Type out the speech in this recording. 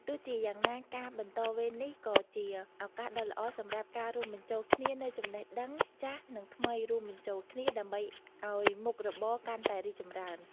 ទោះជាយ៉ាងណា ការបន្តវេននេះក៏ជាឱកាសដ៏ល្អសម្រាប់ការរួមបញ្ចូលគ្នានូវចំណេះដឹងចាស់និងថ្មីរួមបញ្ចូលគ្នា ដើម្បីអោយមុខរបរកាន់តែរីកចម្រើន។